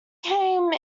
came